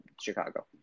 chicago